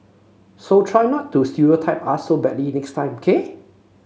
so try not to stereotype us so badly next time k